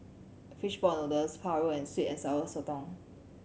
fish ball noodles paru and sweet and Sour Sotong